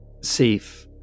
safe